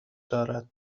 دارد